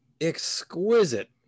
Exquisite